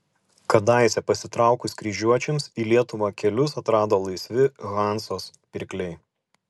kadaise pasitraukus kryžiuočiams į lietuvą kelius atrado laisvi hanzos pirkliai